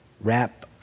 wrap